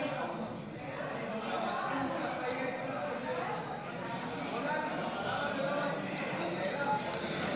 לסעיף 02 בדבר הפחתת תקציב לא נתקבלו.